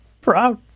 proud